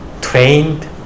trained